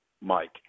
Mike